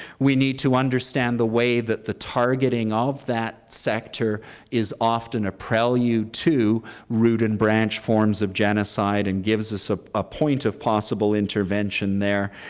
we need to understand the way that the targeting of that sector is often a prelude to root-and-branch forms of genocide and gives us ah a point of possible intervention there,